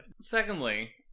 Secondly